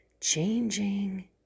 changing